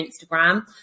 Instagram